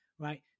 right